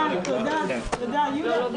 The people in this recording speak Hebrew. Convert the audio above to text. הישיבה